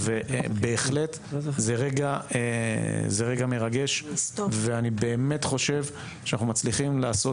בהחלט זה רגע מרגש ואני באמת חושב שאנחנו מצליחים לעשות